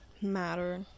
matter